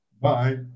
bye